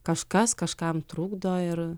kažkas kažkam trukdo ir